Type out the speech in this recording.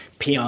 PR